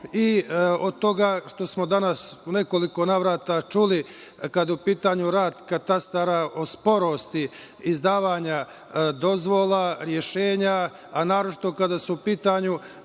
i od toga što smo danas u nekoliko navrata čuli kada je u pitanju rad katastara, o sporosti izdavanja dozvola, rešenja, a naročito kada su u pitanju,